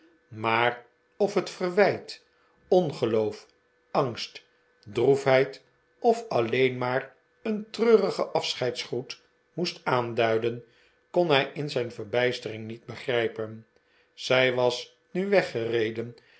maar of het verwijt ongeloof angst droefheid of alleen maar een treurige afscheidsgroet moest aanduiden kon hij in zijn verbijstering niet begrijpen zij was nu weggereden